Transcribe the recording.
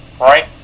right